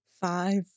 five